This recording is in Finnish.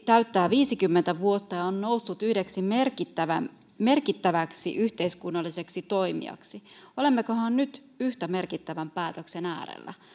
täyttää viisikymmentä vuotta ja on noussut yhdeksi merkittäväksi yhteiskunnalliseksi toimijaksi olemmekohan nyt yhtä merkittävän päätöksen äärellä